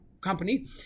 company